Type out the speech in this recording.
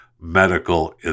medical